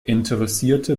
interessierte